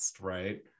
right